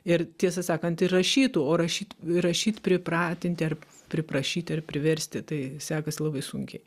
ir tiesą sakant ir rašytų o rašyt rašyt pripratinti ar priprašyti ar priversti tai sekasi labai sunkiai